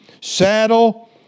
Saddle